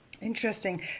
Interesting